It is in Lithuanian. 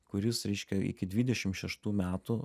kuris reiškia iki dvidešim šeštų metų